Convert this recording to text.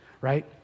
right